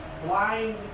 blind